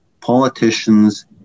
politicians